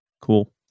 Cool